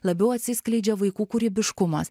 labiau atsiskleidžia vaikų kūrybiškumas